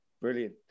Brilliant